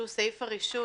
שהוא סעיף הרישוי.